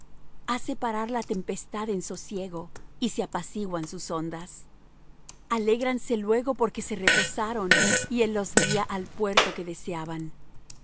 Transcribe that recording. hace parar la tempestad en sosiego y se apaciguan sus ondas alégranse luego porque se reposaron y él los guía al puerto que deseaban